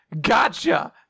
gotcha